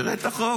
תראה את החוק.